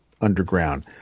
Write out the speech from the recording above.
underground